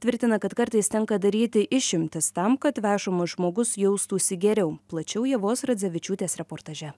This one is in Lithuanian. tvirtina kad kartais tenka daryti išimtis tam kad vežamas žmogus jaustųsi geriau plačiau ievos radzevičiūtės reportaže